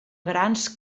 grans